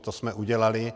To jsme udělali.